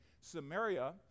Samaria